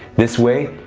this way,